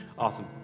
Awesome